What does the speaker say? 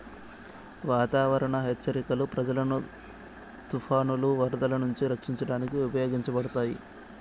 వాతావరణ హెచ్చరికలు ప్రజలను తుఫానులు, వరదలు నుంచి రక్షించడానికి ఉపయోగించబడతాయి